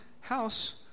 house